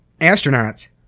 astronauts